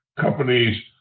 companies